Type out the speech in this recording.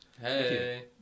hey